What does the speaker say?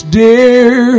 dear